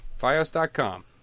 Fios.com